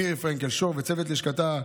מירי פרנקל שור וצוות לשכתה,